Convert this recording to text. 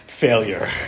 failure